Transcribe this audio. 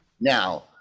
now